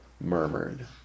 murmured